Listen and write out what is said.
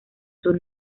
sur